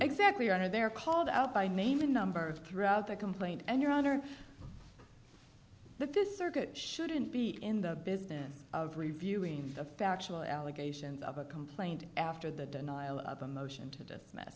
exactly are they're called out by name and number of throughout the complaint and your honor the th circuit shouldn't be in the business of reviewing the factual allegations of a complaint after the denial of a motion to th